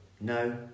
no